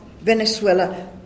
Venezuela